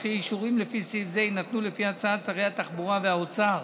ואישורים לפי סעיף זה יינתנו לפי הצעת שרי התחבורה והאוצר